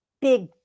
big